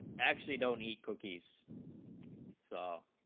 actually tony cookies so